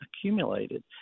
accumulated